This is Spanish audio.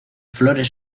flores